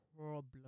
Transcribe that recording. Problem